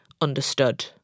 understood